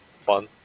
fun